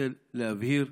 להתנצל ולהבהיר.